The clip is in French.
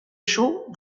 chauds